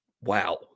wow